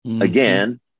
again